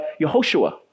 Yehoshua